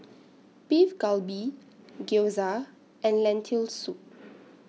Beef Galbi Gyoza and Lentil Soup